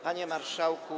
Panie Marszałku!